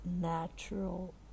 natural